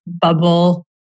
bubble